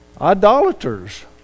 idolaters